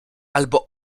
albo